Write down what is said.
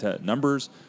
numbers